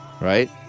Right